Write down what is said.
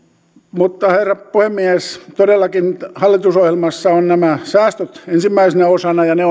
mutta herra puhemies todellakin hallitusohjelmassa ovat nämä säästöt ensimmäisenä osana ja ne